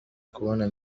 kubona